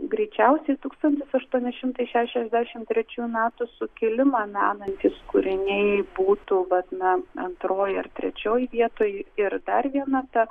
greičiausiai tūkstantis aštuoni šimtai šešiasdešimt trečiųjų metų sukilimą menantys kūriniai būtų vat na antroj ar trečioj vietoj ir dar viena ta